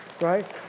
right